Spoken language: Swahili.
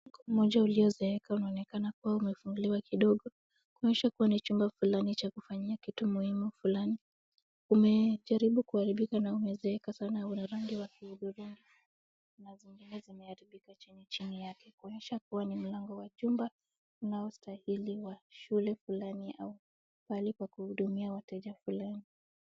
Mlango mmoja uliozeeka unaonekana kuwa umefunguliwa kidogo, inaonyesha kuwa ni chumba fulani cha kufanyia kitu muhimu fulani, umejaribu kuharibika na umezeeka sana, una rangi ya kuhudhuria na zingine zimeharibika chini chini yake, kuonyesha kuwa ni mlango wa chumba unaostahili shule fulani au pahali pa kuhudumia wateja fulani.